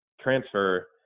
transfer